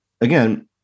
again